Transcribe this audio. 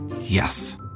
Yes